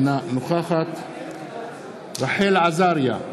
אינה נוכחת רחל עזריה,